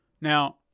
Now